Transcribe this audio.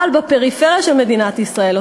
אבל בפריפריה של מדינת ישראל,